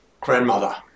grandmother